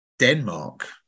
Denmark